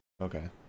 Okay